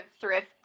thrift